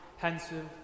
pensive